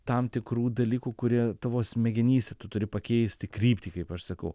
tam tikrų dalykų kurie tavo smegenyse tu turi pakeisti kryptį kaip aš sakau